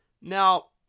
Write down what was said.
Now